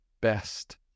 best